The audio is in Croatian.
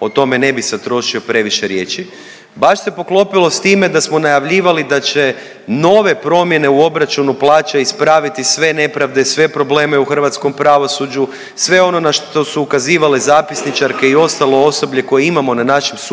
o tome ne bi sad trošio previše riječi, baš se poklopilo s time da smo najavljivali da će nove promjene u obračunu plaća ispraviti sve nepravde, sve probleme u hrvatskom pravosuđu, sve ono na što su ukazivale zapisničarke i ostalo osoblje koje imamo na našim sudovima